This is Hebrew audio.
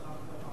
וכך קרה.